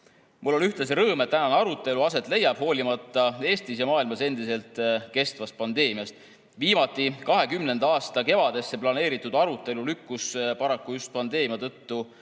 Mul on ühtlasi rõõm, et tänane arutelu aset leiab, hoolimata Eestis ja maailmas endiselt kestvast pandeemiast. Viimati 2020. aasta kevadesse planeeritud arutelu lükkus paraku just pandeemia tõttu